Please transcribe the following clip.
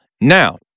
now